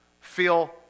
feel